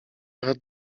brat